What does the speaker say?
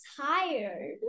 tired